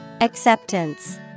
Acceptance